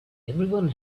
everyone